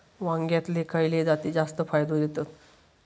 वांग्यातले खयले जाती जास्त फायदो देतत?